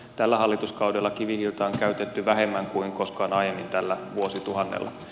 tällä hallituskaudella kivihiiltä on käytetty vähemmän kuin koskaan aiemmin tällä vuosituhannella